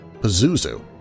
Pazuzu